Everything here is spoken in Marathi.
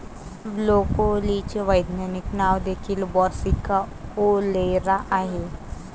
ब्रोकोलीचे वैज्ञानिक नाव देखील ब्रासिका ओलेरा आहे